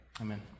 Amen